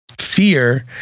Fear